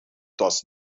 does